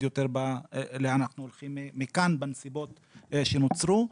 יותר לאן אנחנו הולכים מכאן בנסיבות שנוצרו.